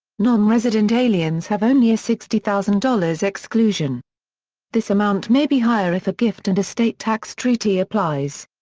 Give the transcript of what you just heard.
non-resident aliens have only a sixty thousand dollars exclusion this amount may be higher if a gift and estate tax treaty applies.